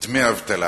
דמי אבטלה.